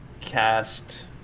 cast